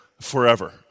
forever